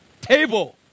table